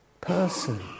person